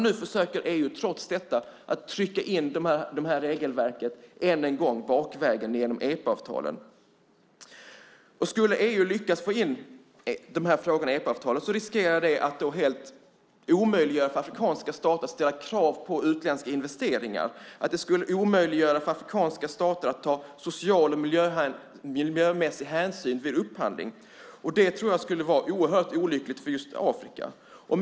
Nu försöker EU trots detta trycka in de här regelverken än en gång bakvägen genom EPA. Skulle EU lyckas få in de här frågorna i EPA riskerar det att helt omöjliggöra för afrikanska stater att ställa krav på utländska investeringar. Det skulle omöjliggöra för afrikanska stater att ta sociala och miljömässiga hänsyn vid upphandling. Det skulle vara oerhört olyckligt för just Afrika.